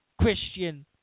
Christian